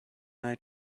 eye